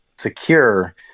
secure